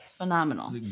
Phenomenal